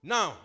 Now